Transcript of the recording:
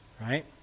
Right